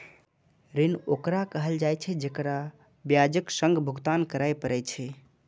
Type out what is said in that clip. ऋण ओकरा कहल जाइ छै, जेकरा ब्याजक संग भुगतान करय पड़ै छै